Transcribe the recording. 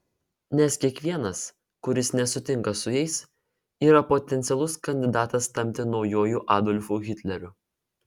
nes kiekvienas kuris nesutinka su jais yra potencialus kandidatas tapti naujuoju adolfu hitleriu